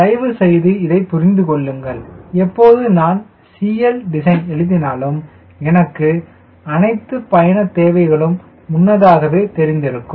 தயவுசெய்து இதை புரிந்து கொள்ளுங்கள் எப்போது நான் CL design எழுதினாலும் எனக்கு அனைத்து பயண தேவைகளும் முன்னதாகவே தெரிந்திருக்கும்